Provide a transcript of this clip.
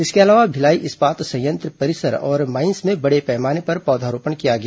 इसके अलावा भिलाई इस्पात संयंत्र परिसर और माइंस में बड़े पैमाने पर पौधारोपण किया गया